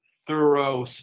thorough